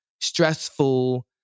stressful